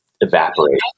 evaporate